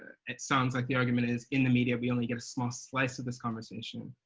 it sounds like the argument is in the media, we only get a small slice of this conversation,